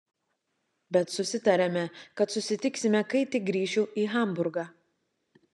bet susitarėme kad susitiksime kai tik grįšiu į hamburgą